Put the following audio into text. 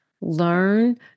Learn